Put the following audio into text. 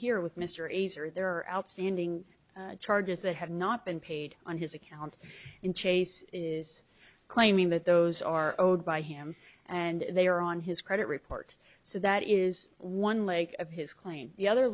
here with mr a's or their outstanding charges they have not been paid on his account and chase is claiming that those are owed by him and they are on his credit report so that is one leg of his claim the other